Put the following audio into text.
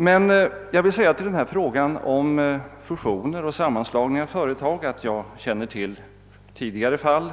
Men till frågan om fusioner och sammanslagningar av företag vill jag säga att jag känner till tidigare fall